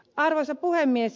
arvoisa puhemies